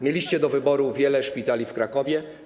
Mieliście do wyboru wiele szpitali w Krakowie.